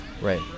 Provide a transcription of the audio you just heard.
Right